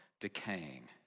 decaying